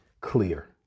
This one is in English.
clear